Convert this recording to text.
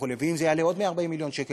ואם זה יעלה עוד 140 מיליון שקל,